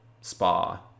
spa